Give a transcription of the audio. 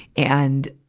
and,